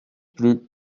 plus